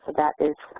that is